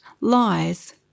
lies